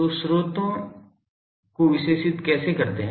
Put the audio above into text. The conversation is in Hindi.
तो स्रोतों विशेषित कैसे करते है